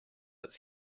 its